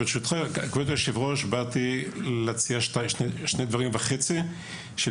ברשותך, כבוד היושב-ראש, אציע כמה דברים חשובים.